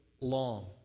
long